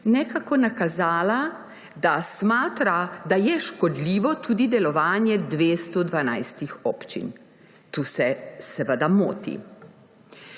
nekako nakazala, da smatra, da je škodljivo tudi delovanje 212 občin. Tu se seveda moti.